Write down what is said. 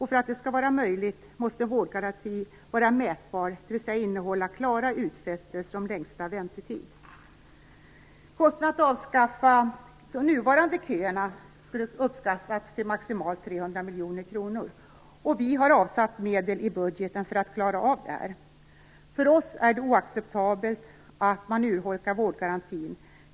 För att det skall vara möjligt måste vårdgarantin vara mätbar, dvs. innehålla klara utfästelser om längsta väntetid. Kostnaden för att avskaffa de nuvarande köerna uppskattas till maximalt 300 miljoner kronor. Folkpartiet har avsatt medel i budgeten för att klara av detta. För oss folkpartister är det oacceptabelt att man urholkar vårdgarantin.